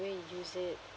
way you use it